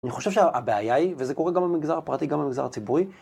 אני חושב שהבעיה היא, וזה קורה גם במגזר הפרטי, גם במגזר הציבורי,